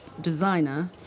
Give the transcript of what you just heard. designer